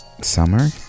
summer